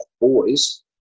boys